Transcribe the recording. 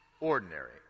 ordinary